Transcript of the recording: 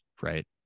right